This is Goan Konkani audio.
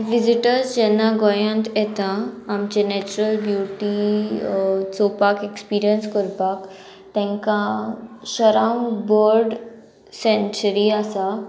विजीटर्स जेन्ना गोंयांत येता आमचे नॅचरल ब्युटी चोवपाक एक्सपिरियंस करपाक तेंकां शराउंड बर्ड सेंचुरी आसा